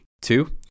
Two